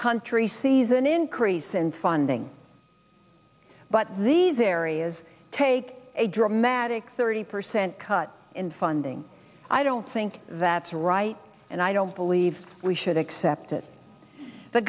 country sees an increase in funding but these areas take a dramatic thirty percent cut in funding i don't think that's right and i don't believe we should accept it the